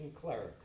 clerics